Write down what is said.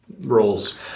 roles